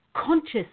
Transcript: conscious